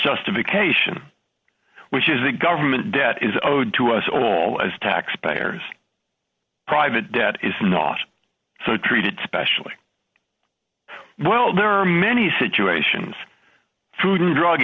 justification which is that government debt is owed to us all as taxpayers private debt is not so treated specially well there are many situations food and drug